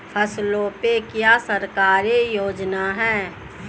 फसलों पे क्या सरकारी योजना है?